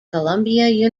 columbia